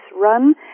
run